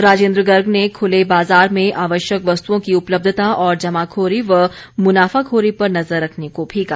राजेन्द्र गर्ग ने खुले बाजार में आवश्यक वस्तुओं की उपलब्धता और जमाखोरी व मुनाफाखोरी पर नजर रखने को भी कहा